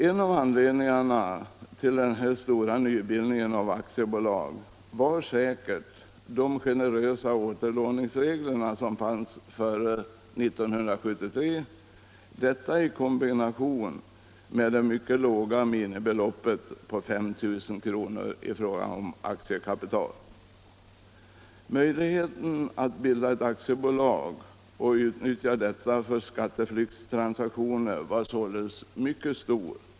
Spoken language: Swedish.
En av anledningarna till den stora nybildningen av aktiebolag var säkerligen de generösa återlåningsregler som fanns före 1973 i kombination med det mycket låga minimibeloppet, 5 000 kr., för aktiekapitalet. Möjligheten att bilda aktiebolag och utnyttja detta för skatteflyktstransaktioner var således mycket stor.